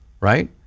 Right